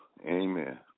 Amen